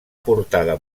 portada